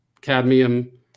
cadmium